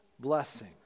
blessing